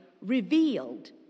revealed